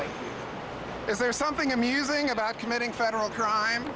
tree is there something amusing about committing federal crime